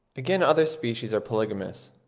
again, other species are polygamous,